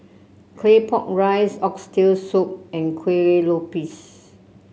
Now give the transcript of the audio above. Claypot Rice Oxtail Soup and Kuih Lopes